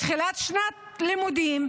בתחילת שנת לימודים,